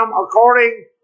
according